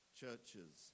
churches